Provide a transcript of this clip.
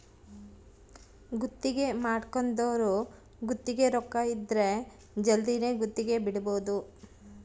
ಗುತ್ತಿಗೆ ಮಾಡ್ಕೊಂದೊರು ಗುತ್ತಿಗೆ ರೊಕ್ಕ ಇದ್ರ ಜಲ್ದಿನೆ ಗುತ್ತಿಗೆ ಬಿಡಬೋದು